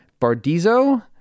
Bardizo